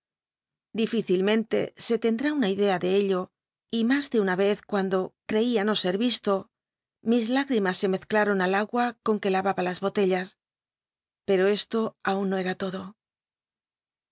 difícilmente se temk i una idea de ello y mas de una cz cuando ctcia no ser yisto mis l igl'imas uc la aha las botellas se mezclaron al agua con pero esto aun no era todo